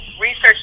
research